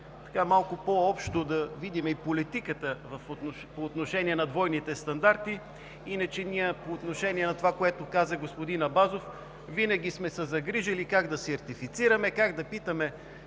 малко по-общо да видим политиката по отношение на двойните стандарти. Иначе по отношение на това, което каза господин Абазов, ние винаги сме се грижили как да си ратифицираме, как да питаме